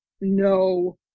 no